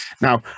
Now